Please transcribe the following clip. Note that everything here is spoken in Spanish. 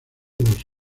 los